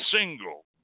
single